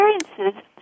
experiences